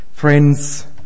Friends